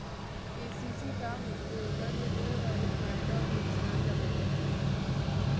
KCC का होथे, ओखर ले होय वाले फायदा अऊ नुकसान ला बतावव?